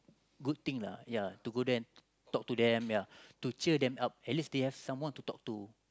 good thing lah ya to go there and talk to them ya to cheer them up at least they have someone to talk to